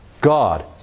God